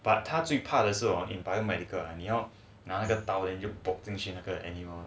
but 他最怕的是 hor in biomedical 你要拿那个刀 then poke 进去那个 animal